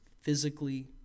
physically